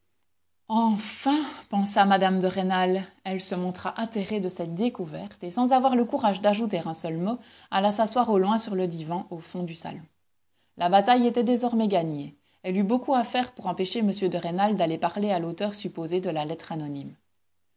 enfin pensa mme de rênal elle se montra atterrée de cette découverte et sans avoir le courage d'ajouter un seul mot alla s'asseoir au loin sur le divan au fond du salon la bataille était désormais gagnée elle eut beaucoup à faire pour empêcher m de rênal d'aller parler à l'auteur supposé de la lettre anonyme